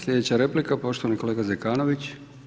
Sljedeća replika poštovani kolega Zekanović.